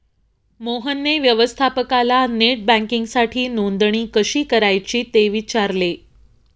मोहनने व्यवस्थापकाला नेट बँकिंगसाठी नोंदणी कशी करायची ते विचारले